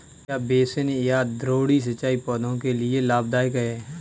क्या बेसिन या द्रोणी सिंचाई पौधों के लिए लाभदायक है?